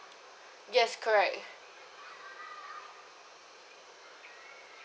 yes correct